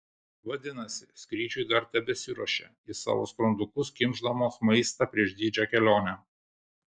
vadinasi skrydžiui dar tebesiruošia į savo skrandukus kimšdamos maistą prieš didžią kelionę